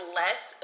less